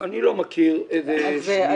אני לא מכיר את זה.